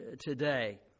today